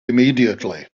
immediately